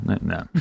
no